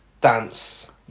dance